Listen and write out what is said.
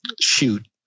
shoot